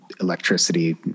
electricity